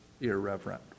irreverent